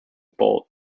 bolt